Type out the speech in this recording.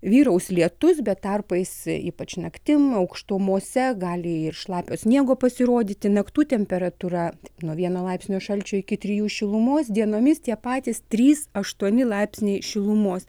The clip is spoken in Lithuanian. vyraus lietus bet tarpais ypač naktimi aukštumose gali ir šlapio sniego pasirodyti naktų temperatūra nuo vieno laipsnio šalčio iki trijų šilumos dienomis tie patys trys aštuoni laipsniai šilumos